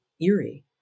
eerie